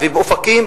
אופקים,